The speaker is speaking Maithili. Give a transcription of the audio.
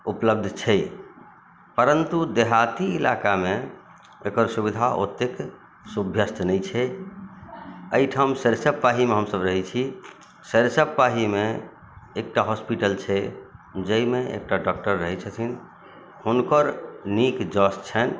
उपलब्ध छै परन्तु देहाती इलाकामे एकर सुविधा ओतेक सुभ्यस्त नहि छै एहिठाम सरिसव पाहीमे हमसब रहैत छी सरिसव पाहीमे एकटा हॉस्पिटल छै जाहिमे एकटा डॉक्टर रहैत छथिन हुनकर नीक जस छनि